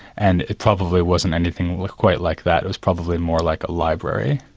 and it probably wasn't anything quite like that, it was probably more like a library,